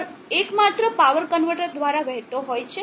power એકમાત્ર power converter દ્વારા વહેતો હોય છે